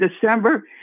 December